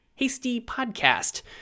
hastypodcast